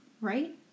Right